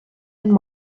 and